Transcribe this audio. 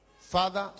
Father